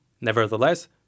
Nevertheless